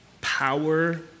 power